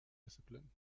discipline